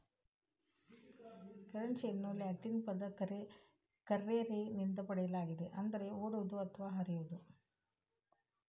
ಕರೆನ್ಸಿಯನ್ನು ಲ್ಯಾಟಿನ್ ಪದ ಕರ್ರೆರೆ ನಿಂದ ಪಡೆಯಲಾಗಿದೆ ಅಂದರೆ ಓಡುವುದು ಅಥವಾ ಹರಿಯುವುದು